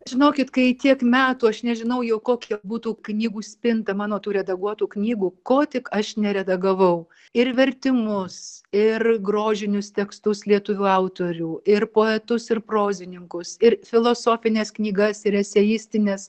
žinokit kai tiek metų aš nežinau jau kokia būtų knygų spinta mano tų redaguotų knygų ko tik aš neredagavau ir vertimus ir grožinius tekstus lietuvių autorių ir poetus ir prozininkus ir filosofines knygas ir eseistines